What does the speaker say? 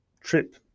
trip